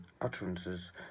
utterances